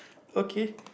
okay